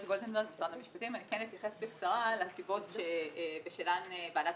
אני כן אתייחס בקצרה לסיבות שבשלהן ועדת